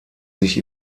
sich